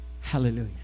Hallelujah